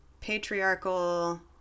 patriarchal